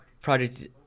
Project